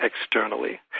externally